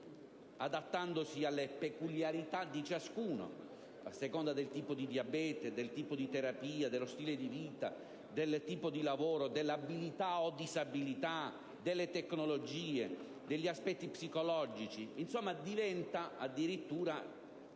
adattandosi alle peculiarità di ciascuno a seconda del tipo di diabete, del tipo di terapia, dello stile di vita, del tipo di lavoro, della abilità o disabilità, delle tecnologie, degli aspetti psicologici. Insomma, il dispositivo